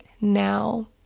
now